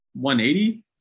180